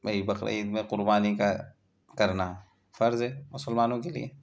وہی بقرعید میں قربانی کا کرنا فرض ہے مسلمانوں کے لیے